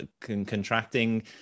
contracting